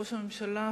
ראש הממשלה,